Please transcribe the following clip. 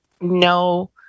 no